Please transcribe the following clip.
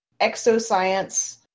exoscience